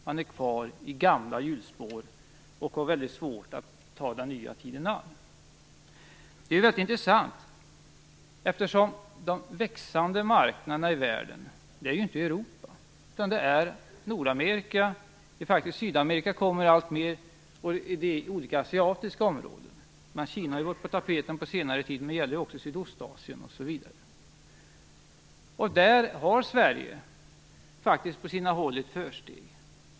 De är kvar i gamla hjulspår och har mycket svårt att ta sig an den nya tiden. Det är mycket intressant, eftersom de växande marknaderna i världen inte finns i Europa utan i Nordamerika - och Sydamerika kommer alltmer - och i olika asiatiska områden. Kina har ju varit på tapeten på senare tid, men det gäller ju också Sydostasien. Där har Sverige faktiskt ett försprång på sina håll.